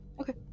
Okay